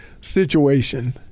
situation